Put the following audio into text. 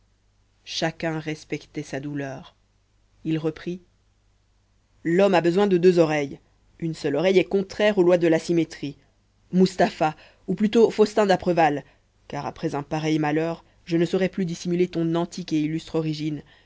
chacun respectait sa douleur il reprit l'homme a besoin de deux oreilles une seule oreille est contraire aux lois de la symétrie mustapha ou plutôt faustin d'apreval car après un pareil malheur je ne saurais plus dissimuler ton antique et illustre origine